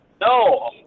No